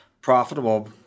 profitable